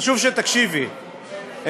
חשוב שתקשיבי,